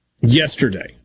yesterday